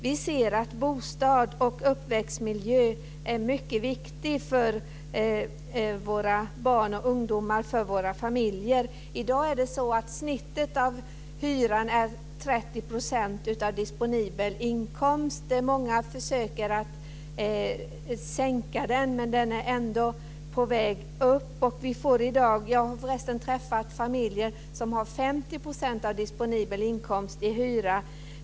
Vi ser att bostad och uppväxtmiljö är mycket viktiga för våra barn och ungdomar, för våra familjer. I dag är snittet av hyran 30 % av disponibel inkomst. Många försöker att sänka den, men den är ändå på väg upp. Jag har för resten träffat familjer som har 50 % av disponibel inkomst i hyra.